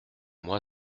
moi